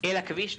אל הכביש,